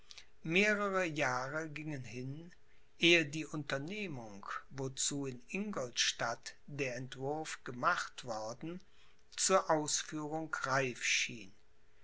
mehrere jahre gingen hin ehe die unternehmung wozu in ingolstadt der entwurf gemacht worden zur ausführung reif schien